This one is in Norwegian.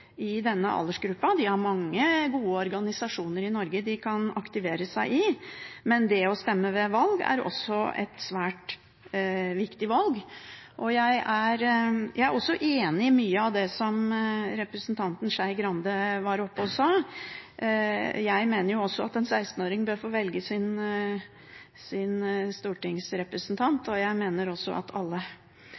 denne aldersgruppen, de har mange gode organisasjoner i Norge de kan aktivisere seg i, men det å stemme ved valg er også et svært viktig valg. Jeg er også enig i mye av det som representanten Skei Grande var oppe og sa. Jeg mener også at en 16-åring bør få velge sin stortingsrepresentant, og så vidt jeg